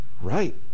right